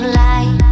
light